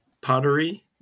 pottery